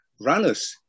runners